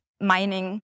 mining